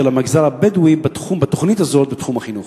המגזר הבדואי בתוכנית הזאת בתחום החינוך.